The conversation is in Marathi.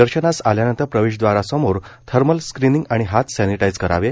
दर्शनास आल्यानंतर प्रवेशद्वारासमोर थर्मल स्क्रिनिंग आणि हात सॅनिटाईज करावे